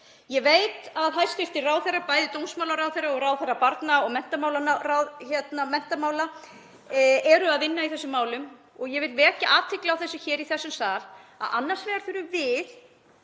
Ég veit að hæstv. ráðherrar, bæði dómsmálaráðherra og ráðherra barna- og menntamála, eru að vinna í þessum málum og ég vil vekja athygli á því í þessum sal að annars vegar þurfum við